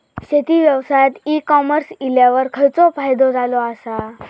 शेती व्यवसायात e commerce इल्यावर खयचो फायदो झालो आसा?